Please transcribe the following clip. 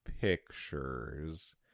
pictures